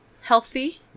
Healthy